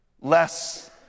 less